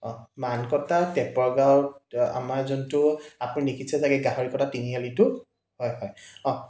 অঁ মানকটা টেপৰ গাঁৱত আমাৰ যোনটো আপুনি দেখিছে চাগে গাহৰি কটা তিনিআলিটো হয় হয় অঁ